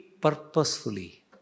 purposefully